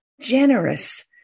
generous